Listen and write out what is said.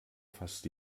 fast